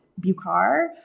Bukar